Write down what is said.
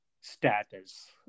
status